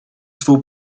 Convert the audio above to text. svou